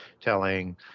telling